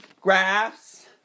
graphs